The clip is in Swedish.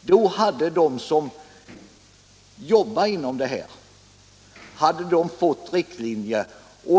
Då hade de som jobbar på detta område fått riktlinjer.